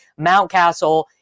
Mountcastle